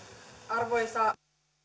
arvoisa rouva